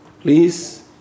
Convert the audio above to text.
Please